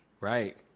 right